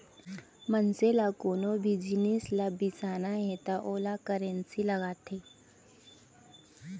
मनसे ल कोनो भी जिनिस ल बिसाना हे त ओला करेंसी लागथे